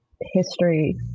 history